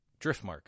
Driftmark